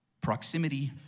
Proximity